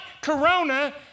Corona